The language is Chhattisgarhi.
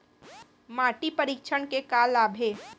माटी परीक्षण के का का लाभ हे?